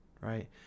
right